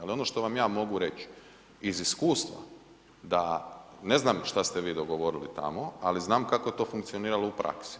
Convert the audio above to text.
Al ono što vam ja mogu reć iz iskustva da, ne znam šta ste vi dogovorili tamo, ali znam kako je to funkcioniralo u praksi.